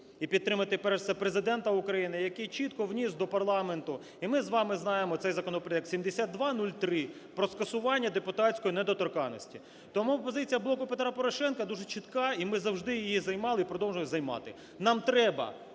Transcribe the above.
і підтримати перш за все Президента України, який чітко вніс до парламенту, і ми з вами знаємо цей законопроект 7203 про скасування депутатської недоторканності. Тому позиція "Блоку Петра Порошенка" дуже чітка, і ми завжди її займали і продовжуємо займати. Нам треба